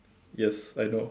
yes I know